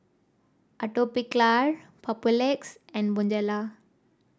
Atopiclair Papulex and Bonjela